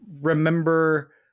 remember